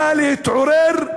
נא להתעורר,